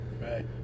Right